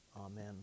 Amen